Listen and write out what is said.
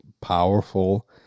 powerful